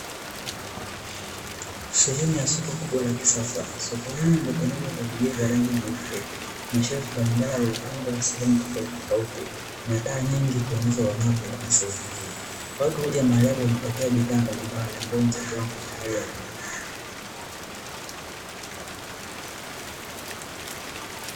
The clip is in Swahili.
Sehemu ya soko kubwa la kisasa. Soko hili limetengenezwa kwa vigae vya rangi nyeupe, mashelfu mbalimbali yaliyopangwa sehemu tofautitofauti na taa nyingi kuongeza mwanga katika sehemu hii. Watu huja kujipatia bidhaa mbalimbali ambazo ni za kiwango cha hali ya juu.